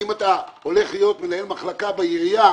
אם אתה הולך להיות מנהל מחלקה בעירייה,